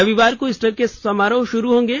रविवार को ईस्टर के समारोह शुरू होंगे